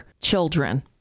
children